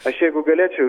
aš jeigu galėčiau